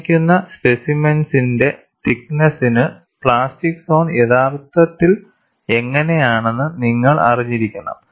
തന്നിരിക്കുന്ന സ്പെസിമെൻസിന്റെ തിക്ക്നെസ്സ്നു പ്ലാസ്റ്റിക് സോൺ യഥാർത്ഥത്തിൽ എങ്ങനെയാണെന്ന് നിങ്ങൾ അറിഞ്ഞിരിക്കണം